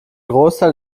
großteil